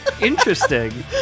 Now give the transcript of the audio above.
Interesting